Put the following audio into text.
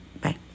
bye